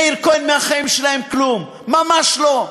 מאיר כהן, מהחיים שלהם כלום, ממש לא,